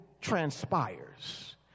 transpires